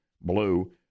blue